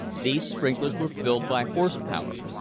these sprinklers were filled by horse power.